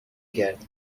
کرد